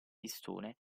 pistone